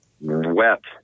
Wet